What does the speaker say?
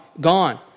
gone